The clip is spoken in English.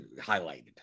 highlighted